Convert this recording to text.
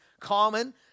common